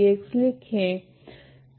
लिखे